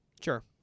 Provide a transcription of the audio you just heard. sure